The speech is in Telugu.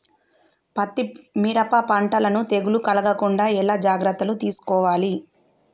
పత్తి మిరప పంటలను తెగులు కలగకుండా ఎలా జాగ్రత్తలు తీసుకోవాలి?